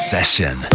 Session